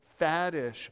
faddish